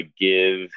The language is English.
give